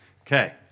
Okay